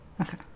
Okay